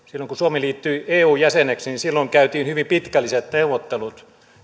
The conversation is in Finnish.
silloin kun suomi liittyi eun jäseneksi käytiin hyvin pitkälliset neuvottelut